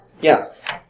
Yes